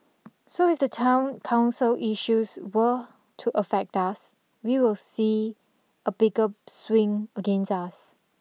so if the town council issues were to affect us we will see a bigger swing against us